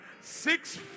six